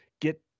get